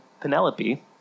Penelope